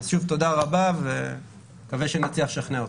שוב, תודה רבה, ואני מקווה שנצליח לשכנע אתכם.